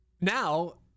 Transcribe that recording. now